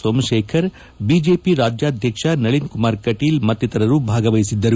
Somashekar BJP ರಾಜ್ಯಾಧ್ಯಕ್ಷ ನಳಿನ್ ಕುಮಾರ್ ಕಟೀಲ್ ಮತ್ತಿತರರು ಭಾಗವಹಿಸಿದ್ದರು